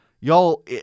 Y'all